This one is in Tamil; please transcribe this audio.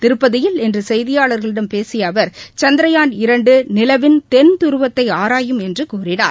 திருப்பதியில் இன்றுசெய்தியாளர்களிடம் பேசியஅவர் சந்திரயான் இரண்டுநிலவின் தென் துருவத்தைஆராயும் என்றுகூறினார்